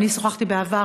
אני שוחחתי בעבר,